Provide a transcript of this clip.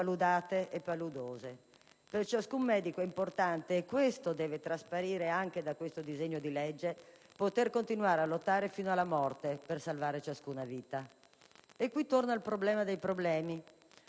paludate e paludose. Per ciascun medico è importante, e questo deve trasparire anche da questo disegno di legge, poter continuare a lottare fino alla morte per salvare ciascuna vita. E qui torna il problema dei problemi: